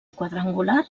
quadrangular